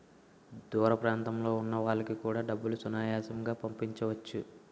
దూర ప్రాంతంలో ఉన్న వాళ్లకు కూడా డబ్బులు సునాయాసంగా పంపించవచ్చు